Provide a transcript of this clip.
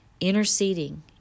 interceding